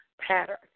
pattern